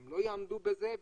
הן לא תעמודנה בזה,